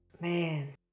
Man